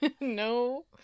No